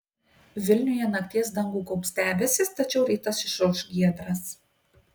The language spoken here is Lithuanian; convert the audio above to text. vilniuje nakties dangų gaubs debesys tačiau rytas išauš giedras